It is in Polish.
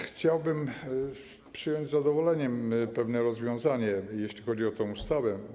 Chciałbym przyjąć z zadowoleniem pewne rozwiązanie, jeśli chodzi o tę ustawę.